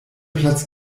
platz